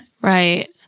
Right